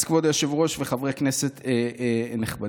אז כבוד היושב-ראש וחברי כנסת נכבדים,